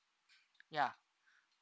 ya